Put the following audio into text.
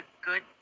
good